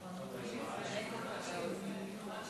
גם אני חייבת לומר: מחכים ומעשיר.